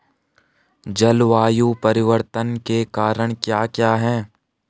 जलवायु परिवर्तन के कारण क्या क्या हैं?